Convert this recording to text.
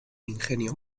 ingenio